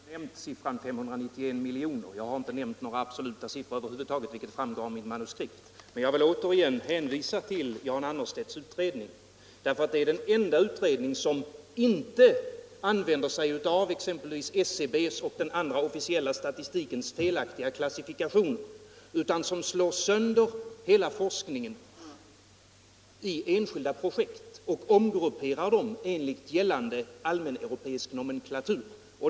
Herr talman! Jag har inte nämnt beloppet 591 miljoner. Jag har över huvud taget inte nämnt några absoluta tal, vilket framgår av mitt manuskript. Men jag vill återigen hänvisa till Jan Annerstedts utredning. Det är nämligen den enda utredning som inte använder de felaktiga klassifikationerna i den officiella statistiken, t.ex. i statistiska centralbyråns statistik. Han slår i stället sönder hela forskningsverksamheten i enskilda projekt och omgrupperar dem enligt allmän europeisk nomenklatur.